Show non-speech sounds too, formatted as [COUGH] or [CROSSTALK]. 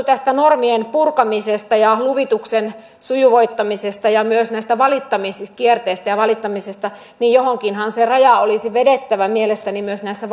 [UNINTELLIGIBLE] tästä normien purkamisesta luvituksen sujuvoittamisesta ja myös näistä valittamiskierteistä ja valittamisesta niin johonkinhan se raja olisi vedettävä mielestäni myös näissä [UNINTELLIGIBLE]